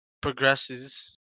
progresses